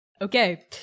Okay